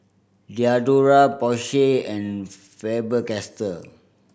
Diadora Porsche and Faber Castell